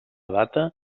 data